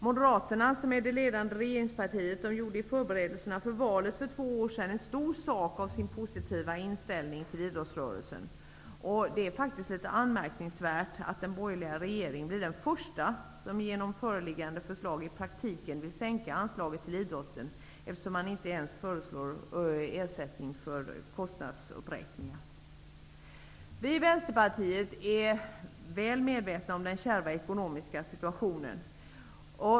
Moderaterna, som är det ledande regeringspartiet, gjorde i förberedelserna inför valet för två år sedan en stor sak av sin positiva inställning till idrottsrörelsen. Det är faktiskt litet anmärkningsvärt att den borgerliga regeringen blir den första som genom föreliggande förslag i praktiken vill sänka anslaget till idrotten. De föreslår inte ens kompensation för kostnadsuppräkningar. Vi i Vänsterpartiet är väl medvetna om den kärva ekonomiska situationen.